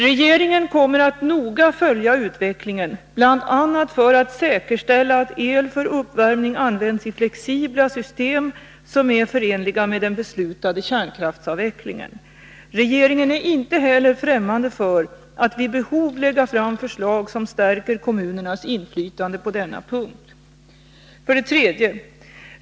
Regeringen kommer att noga följa utvecklingen, bl.a. för att säkerställa att el för uppvärmning används i flexibla system som är förenliga med den beslutade kärnkraftsavvecklingen. Regeringen är inte heller ffrämmande för att vid behov lägga fram förslag som stärker kommunernas inflytande på denna punkt. 3.